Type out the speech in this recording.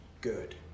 good